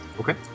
Okay